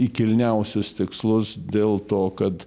į kilniausius tikslus dėl to kad